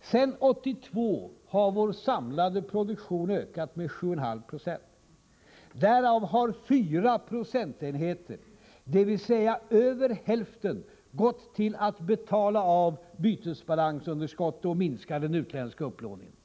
Sedan 1982 har vår samlade produktion ökat med 7,5 96. Därav har 4 procentenheter, dvs. över hälften, gått till att betala bytesbalansunderskottet och minska den utländska upplåningen.